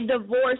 divorce